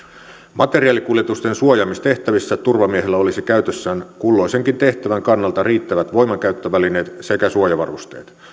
materiaalikuljetusten suojaamistehtävissä turvamiehellä olisi käytössään kulloisenkin tehtävän kannalta riittävät voimankäyttövälineet sekä suojavarusteet